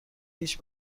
هیچ